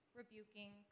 rebuking